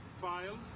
files